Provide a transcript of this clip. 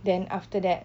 then after that